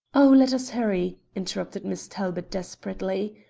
oh, let us hurry, interrupted miss talbot desperately.